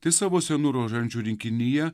tai savo senų rožančių rinkinyje